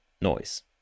noise